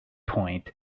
point